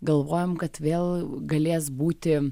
galvojam kad vėl galės būti